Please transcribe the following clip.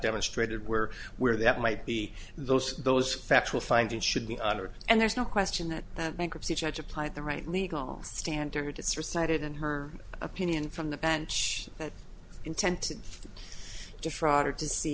demonstrated where where that might be those those factual findings should be honored and there's no question that that bankruptcy judge applied the right legal standard decided in her opinion from the bench that intent to defraud or to see